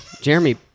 Jeremy